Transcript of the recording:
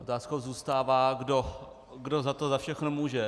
Otázkou zůstává, kdo za to všechno může.